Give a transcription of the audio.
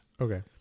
Okay